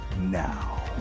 now